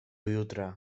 jutra